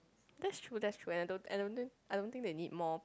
that's true that's true and I don't I don't think I don't think they need more